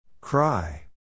Cry